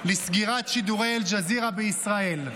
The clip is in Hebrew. לסגירת שידורי אל-ג'זירה בישראל.